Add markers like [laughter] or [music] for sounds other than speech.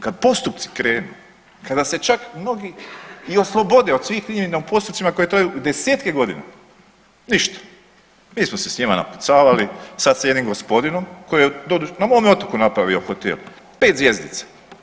Kad postupci krenu, kada se čak mnogi i oslobode od svih … [unintelligible] u postupcima koji traju i desetke godina, ništa, mi smo se s njima napucavali sad s jednim gospodinom koji je, na mome otoku napravio hotel 5 zvjezdica.